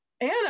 Anna